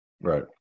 right